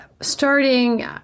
starting